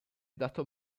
dato